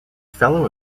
fellow